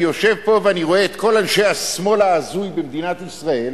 אני יושב פה ואני רואה את כל אנשי השמאל ההזוי במדינת ישראל